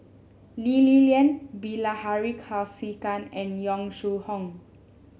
Lee Li Lian Bilahari Kausikan and Yong Shu Hoong